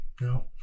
No